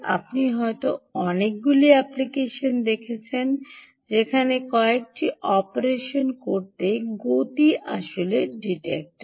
আপনি হয়ত অনেকগুলি অ্যাপ্লিকেশন দেখেছেন যেখানে কয়েকটি অপারেশন করতে গতি আসলে ডিটেক্টর